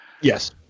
Yes